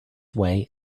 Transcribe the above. way